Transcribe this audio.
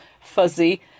fuzzy